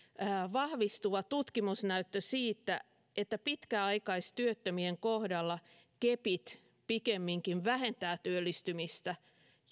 vahvistuva tutkimusnäyttö siitä että pitkäaikaistyöttömien kohdalla kepit pikemminkin vähentävät työllistymistä